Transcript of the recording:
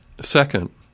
Second